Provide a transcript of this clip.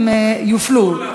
הם יופלו.